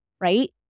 Right